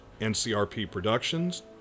ncrpproductions